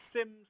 Sims